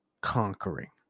conquering